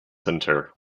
center